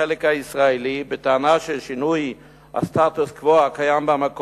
בחלק הישראלי, בטענה של שינוי הסטטוס-קוו במקום,